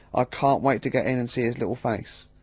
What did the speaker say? ah can't wait to get in and see his little face.